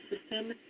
system